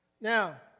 Now